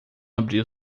abril